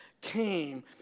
came